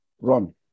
run